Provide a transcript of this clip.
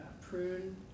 prune